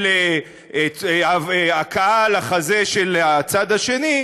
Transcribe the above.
של הכאה על החזה של הצד השני,